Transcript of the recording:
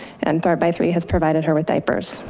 and thrive by three has provided her with diapers.